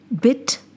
bit